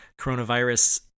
coronavirus